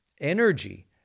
energy